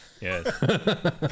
Yes